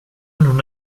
non